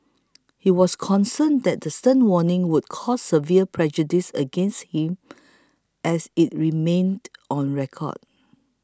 he was concerned that the stern warning would cause severe prejudice against him as it remained on record